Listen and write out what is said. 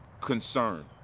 concern